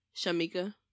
Shamika